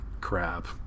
crap